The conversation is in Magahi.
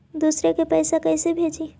दुसरे के पैसा कैसे भेजी?